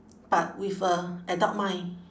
but with a adult mind